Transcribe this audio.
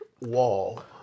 wall